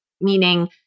meaning